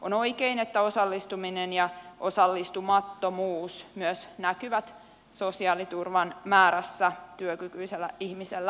on oikein että osallistuminen ja osallistumattomuus näkyvät sosiaaliturvan määrässä työkykyisellä ihmisellä